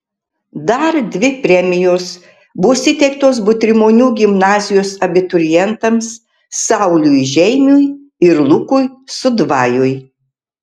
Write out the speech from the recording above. dar dvi premijos bus įteiktos butrimonių gimnazijos abiturientams sauliui žeimiui ir lukui sudvajui